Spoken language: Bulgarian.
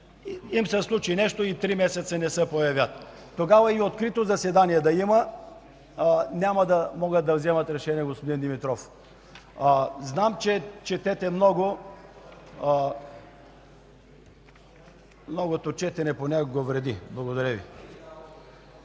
им се нещо и три месеца не се появят. Тогава и открито заседание да има няма да могат да вземат решение, господин Димитров. Знам, че четете много, но многото четене понякога вреди. Благодаря Ви.